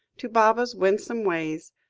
to baba's winsome ways,